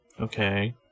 Okay